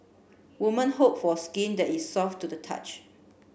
woman hope for skin that is soft to the touch